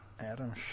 Adam